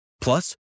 Plus